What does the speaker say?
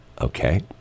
Okay